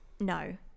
no